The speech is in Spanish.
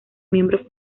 miembros